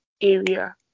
area